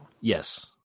Yes